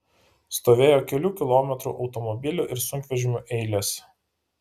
stovėjo kelių kilometrų automobilių ir sunkvežimių eilės